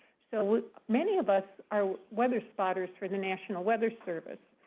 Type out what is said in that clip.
so many of us are weather spotters for the national weather service.